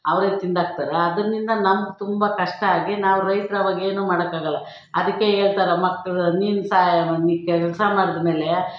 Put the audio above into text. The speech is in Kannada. ಅವರೇ ತಿಂದಾಕ್ತಾರೆ ಅದರಿಂದ ನಮ್ಗೆ ತುಂಬ ಕಷ್ಟ ಆಗಿ ನಾವು ರೈತ್ರ ಆವಾಗೇನು ಮಾಡೋಕ್ಕಾಗಲ್ಲ ಅದಕ್ಕೆ ಹೇಳ್ತಾರೆ ಮಕ್ಕಳ ನೀನು ಸಾಯವ ನೀನು ಕೆಲಸ ಮಾಡಿದ್ಮೇಲೆ